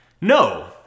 No